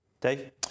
Dave